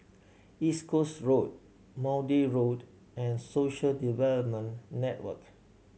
East Coast Road Maude Road and Social Development Network